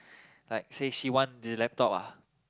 like say she want the laptop ah